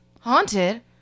Haunted